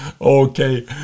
Okay